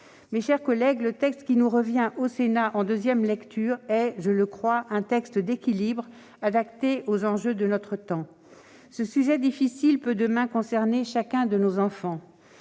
Mes chers collègues, le texte tel qu'il nous revient en deuxième lecture est- je le crois -un texte d'équilibre, adapté aux enjeux de notre temps. Ce sujet difficile peut demain concerner chacun de nos enfants.